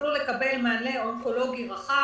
יוכלו לקבל מענה אונקולוגי רחב.